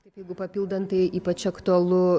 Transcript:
taip jeigu papildant tai ypač aktualu